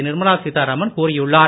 நிர்மலா சீத்தாராமன் கூறியுள்ளார்